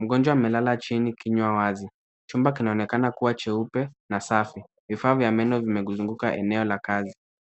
Mgonjwa amelala chini kinywa wazi. Chumba kinaonekana kuwa cheupe na safi. Vifaa vya meno vimezunguka eneo la kazi.